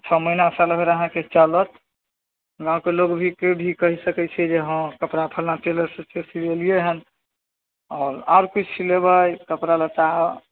ओ महिनासँ लग रहै अहाँके चलत गामके लोक भी कोइ भी कहि सकै जे हँ कपड़ा फल्लाँ टेलरसँ सिलेलिए हँ आओर आओर किछु सिलेबै कपड़ा लत्ता आओर